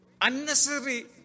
unnecessary